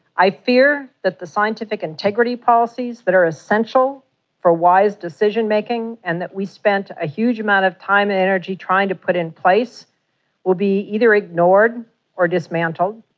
i fear that the scientific integrity policies that are essential for wise decision making and that we spent a huge amount of time and energy trying to put in place will be either ignored or dismantled.